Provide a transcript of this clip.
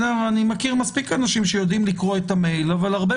אני מכיר מספיק אנשים שיודעים לקרוא את המייל אבל הרבה